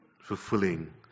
fulfilling